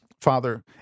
Father